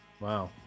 Wow